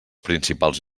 principals